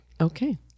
Okay